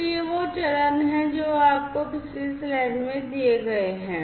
तो ये वो चरण हैं जो आपको पिछली स्लाइड में दिए गए हैं